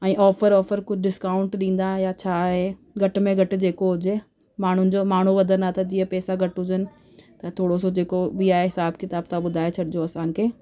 ऐं ऑफर वॉफर कुझु डिस्काउंट ॾींदा या छा आहे घटि में घटि जेको हुजे माण्हुनि जो माण्हू वधंदा त जीअं पैसा घटि हुजनि त थोरो सो जेको बि आहे हिसाबु किताबु तव्हां ॿुधाए छॾिजो असांखे